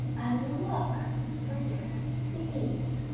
and look for different seeds.